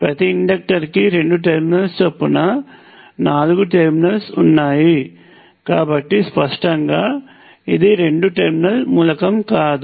ప్రతిఇండాక్టర్కి రెండు టెర్మినల్స్ చొప్పున నాలుగు టెర్మినల్స్ ఉన్నాయి కాబట్టి స్పష్టంగా ఇది రెండు టెర్మినల్ మూలకం కాదు